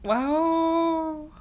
!wow!